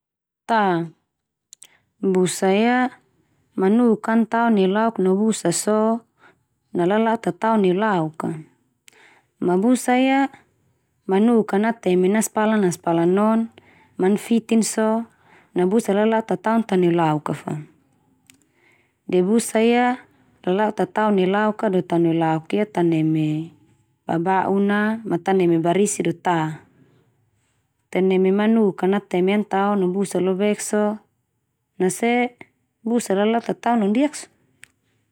Ta, busa ia manuk ka an tao neulauk no busa so na lala'utataon neulauk ka. Ma busa ia, manuk ka nateme naspala-naspala non ma an fitin so, na busa lala'utataon ta neulauk ka fa de busa ia lala'utataon neulauk ka do ta neulauk ia ta neme baba'un na ma ta neme barisi do ta, te neme manuk ka nateme an taon no busa lobek so na se busa lala'utataon londikak so.